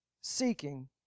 seeking